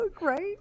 right